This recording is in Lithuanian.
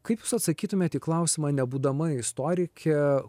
kaip jūs atsakytumėt į klausimą nebūdama istorikė